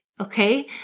okay